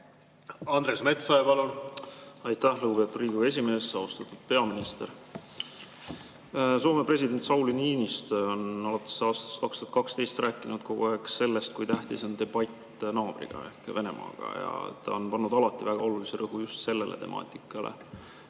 Andres Metsoja, palun! Aitäh, lugupeetud Riigikogu esimees! Austatud peaminister! Soome president Sauli Niinistö on alates aastast 2012 rääkinud kogu aeg sellest, kui tähtis on debatt naabriga, Venemaaga, ja ta on pannud alati väga olulise rõhu just sellele temaatikale.